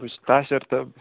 بہٕ چھُس طاثِر تہٕ